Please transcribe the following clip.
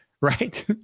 right